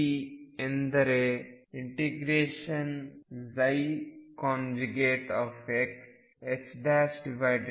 ⟨p⟩ಎಂದರೆ ∫xiddx ψx dx